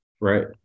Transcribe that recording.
Right